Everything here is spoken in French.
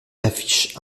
affiche